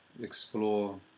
explore